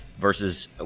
versus